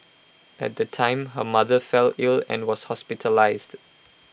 at the time her mother fell ill and was hospitalised